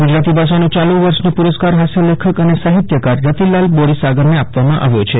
ગુજરાતી ભાષાનો યાલુ વર્ષનો પુરસ્કાર હાસ્ય લેખક અને સાહિત્યકાર રતિલાલ બોરીસાગરને આપવામા આવ્યો છે